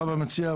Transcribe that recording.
בבא מציעא,